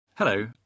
Hello